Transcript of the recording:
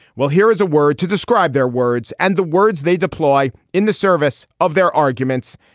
well here is a word to describe their words and the words they deploy in the service of their arguments.